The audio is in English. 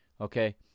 Okay